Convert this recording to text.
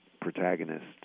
protagonist